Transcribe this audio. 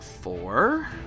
four